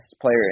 player